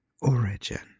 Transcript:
origin